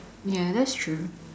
ya that's true